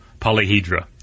polyhedra